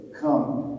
Come